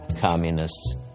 communists